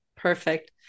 Perfect